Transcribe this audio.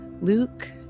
Luke